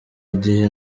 gihe